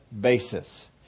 basis